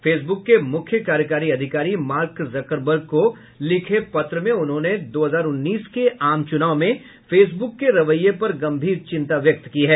Facebook के मुख्य कार्यकारी अधिकारी मार्क जकरबर्ग को लिखे पत्र में उन्होंने दो हजार उन्नीस के आम चुनाव में फेसबुक के रवैये पर गंभीर चिंता व्यक्त की है